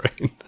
right